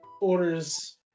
orders